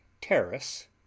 terrace